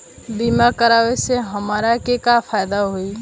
बीमा कराए से हमरा के का फायदा होई?